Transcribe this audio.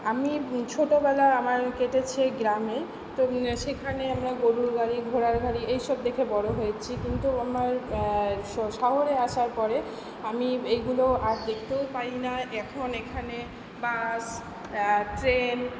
আমি ছোটোবেলা আমার কেটেছে গ্রামে তো সেখানে আমরা গোরুর গাড়ি ঘোড়ার গাড়ি এইসব দেখে বড়ো হয়েছি কিন্তু আমার স শহরে আসার পরে আমি এইগুলো আর দেখতেও পাই না এখন এখানে বাস ট্রেন